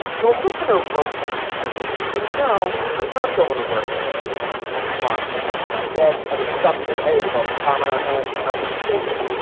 so a listener wrote me recently and said, you know, i'm not going to work every day. and this was in response to something i said, an assumption. hey. with all this time on our hands kind of statement.